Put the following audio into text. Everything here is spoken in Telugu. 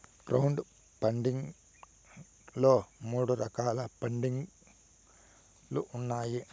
క్రౌడ్ ఫండింగ్ లో మూడు రకాల పండింగ్ లు ఉన్నాయి